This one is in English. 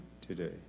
today